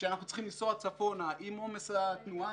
כשאנחנו צריכים לנסוע צפונה עם עומס התנועה,